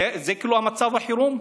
זה כאילו מצב החירום?